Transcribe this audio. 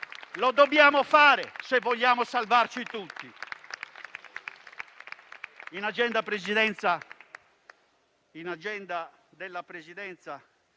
Lo dobbiamo fare, se vogliamo salvarci tutti.